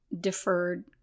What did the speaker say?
deferred